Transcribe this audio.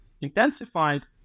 intensified